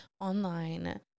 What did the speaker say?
online